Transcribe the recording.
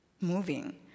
moving